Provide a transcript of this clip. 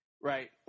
Right